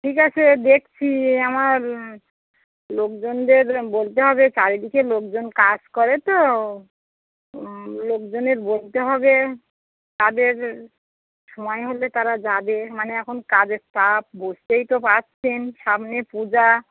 ঠিক আছে দেখছি আমার লোকজনদের বলতে হবে চারিদিকে লোকজন কাজ করে তো লোকজনের বলতে হবে তাদের সময় হলে তারা যাবে মানে এখন কাজের চাপ বুঝতেই তো পারছেন সামনে পূজা